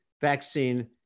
vaccine